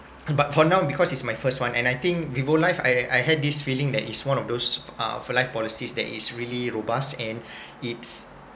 but for now because it's my first one and I think vivo life I I had this feeling that it's one of those uh for life policies that is really robust and it's